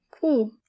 cool